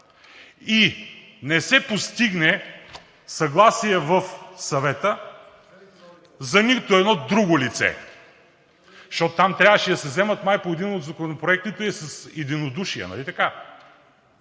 и не се постигне съгласие в Съвета за нито едно друго лице, защото там трябваше да се вземат решения – май по един от законопроектите с единодушие,